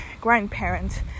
grandparents